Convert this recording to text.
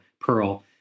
pearl